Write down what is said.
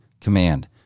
command